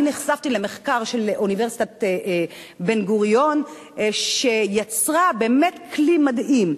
אני נחשפתי למחקר של אוניברסיטת בן-גוריון שיצר באמת כלי מדהים,